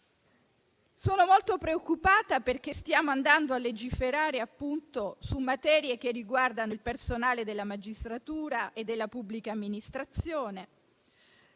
Sono molto preoccupata, perché stiamo andando a legiferare appunto su materie che riguardano il personale della magistratura e della pubblica amministrazione,